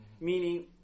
meaning